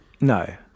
No